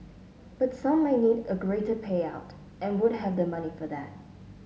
but some might need a greater payout and would have the money for that